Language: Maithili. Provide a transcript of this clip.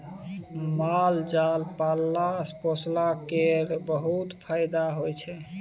माल जाल पालला पोसला केर बहुत फाएदा होइ छै